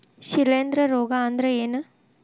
ಶಿಲೇಂಧ್ರ ರೋಗಾ ಅಂದ್ರ ಏನ್?